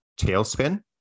tailspin